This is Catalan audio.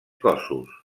cossos